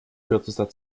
kürzester